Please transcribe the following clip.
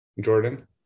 Jordan